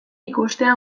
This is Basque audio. ikustea